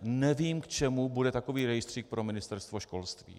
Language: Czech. Nevím, k čemu bude takový rejstřík pro Ministerstvo školství.